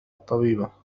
طبيبة